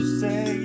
say